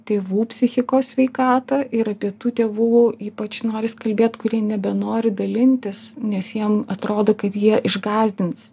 tėvų psichikos sveikatą ir apie tų tėvų ypač noris kalbėt kurie nebenori dalintis nes jiem atrodo kad jie išgąsdins